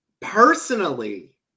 Personally